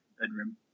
bedroom